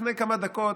לפני כמה דקות,